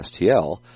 STL